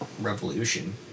revolution